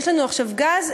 יש לנו עכשיו גז,